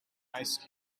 ice